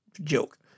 joke